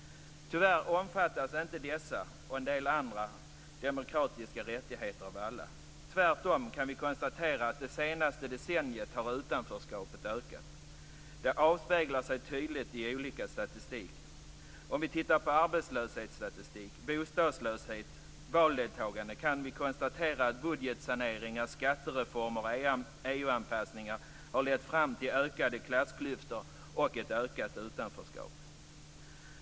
Tyvärr omfattas inte dessa och en del andra demokratiska rättigheter av alla. Tvärtom kan vi konstatera att det senaste decenniet har utanförskapet ökat. Det avspeglar sig tydligt i olika typer av statistik. Om vi tittar på arbetslöshetsstatistik, bostadslöshet och valdeltagande kan vi konstatera att budgetsaneringar, skattereformer och EU-anpassningar har lett fram till ökade klassklyftor och ett ökat utanförskap.